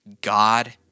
God